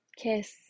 kiss